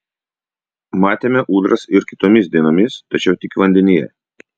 matėme ūdras ir kitomis dienomis tačiau tik vandenyje